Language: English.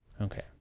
Okay